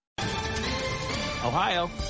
Ohio